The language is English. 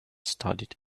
studied